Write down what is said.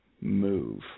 move